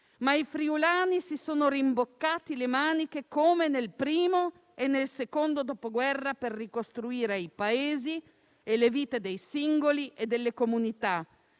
ma i friulani si sono rimboccati le maniche come nel primo e nel secondo Dopoguerra per ricostruire i paesi e le vite dei singoli e delle comunità.